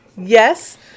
Yes